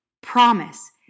promise